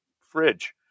fridge